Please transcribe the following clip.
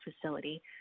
facility